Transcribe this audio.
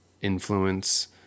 influence